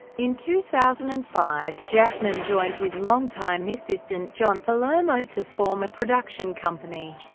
in two thousand and five, jackman joined with longtime assistant john palermo to form a production company,